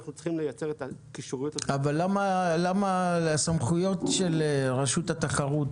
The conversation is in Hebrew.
אנחנו צריכים לייצר את הקישוריות -- אבל למה לסמכויות של רשות התחרות